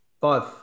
five